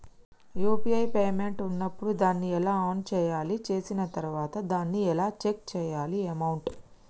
UPI payment ఉన్నప్పుడు దాన్ని ఎలా ఆన్ చేయాలి? చేసిన తర్వాత దాన్ని ఎలా చెక్ చేయాలి అమౌంట్?